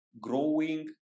growing